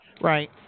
Right